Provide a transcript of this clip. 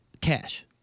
cash